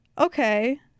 Okay